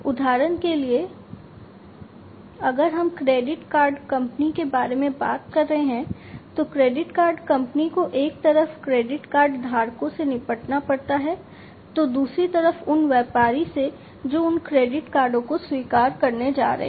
उदाहरण के लिए अगर हम क्रेडिट कार्ड कंपनी के बारे में बात कर रहे हैं तो क्रेडिट कार्ड कंपनी को एक तरफ क्रेडिट कार्ड धारकों से निपटना पड़ता है तो दूसरी तरफ उन व्यापारी से जो उन क्रेडिट कार्डों को स्वीकार करने जा रहे हैं